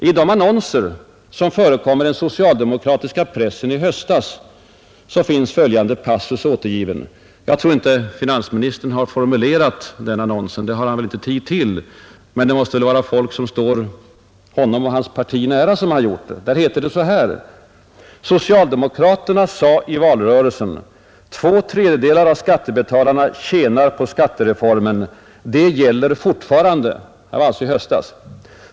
I de annonser som förekom i den socialdemokratiska pressen efter valet fanns följande passus återgiven — jag tror dock inte att finansministern själv kan ha haft tid att formulera annonsen, men det måste väl vara folk som står honom och hans parti nära som gjort det. Där heter det: ”Socialdemokraterna sade i valrörelsen: Två tredjedelar av skattebetalarna tjänar på skattereformen. Det gäller fortfarande.” Detta var alltså efter valet.